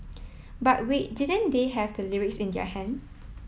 but wait didn't they have the lyrics in their hand